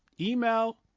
Email